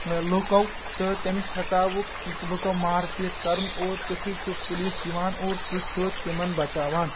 لُکو تہٕ تٔمِس ہیژاوُکھ لُکو مار پیٖٹ کرُن اور تیُتھُے چھُ پُلیٖس یِوان اور سُہ چھُ تِمن بچاوان